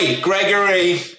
Gregory